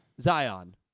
Zion